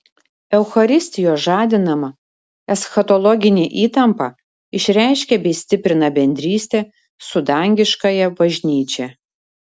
eucharistijos žadinama eschatologinė įtampa išreiškia bei stiprina bendrystę su dangiškąja bažnyčia